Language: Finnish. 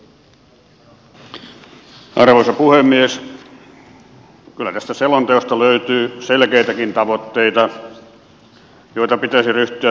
kyllä tästä selonteosta löytyy selkeitäkin tavoitteita joita pitäisi ryhtyä toteuttamaan vaikka heti